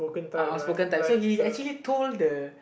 uh outspoken type so he actually told the